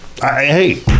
Hey